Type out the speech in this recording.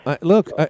Look